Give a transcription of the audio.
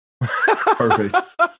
Perfect